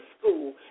school